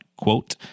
quote